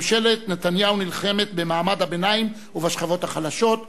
ממשלת נתניהו נלחמת במעמד הביניים ובשכבות החלשות.